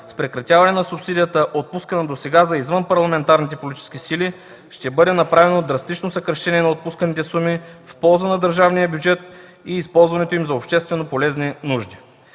с прекратяване на субсидията, отпускана досега за извън парламентарните политически сили, ще бъде направено драстично съкращение на отпусканите суми в полза на държавния бюджет и използването им за общественополезни нужди.